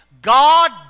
God